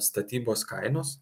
statybos kainos